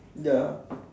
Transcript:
ya